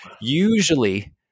usually